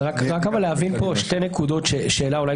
ומה